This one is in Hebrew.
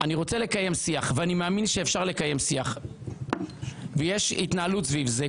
אני רוצה לקיים שיח ואני מאמין שאפשר לקיים שיח ויש התנהלות סביב זה.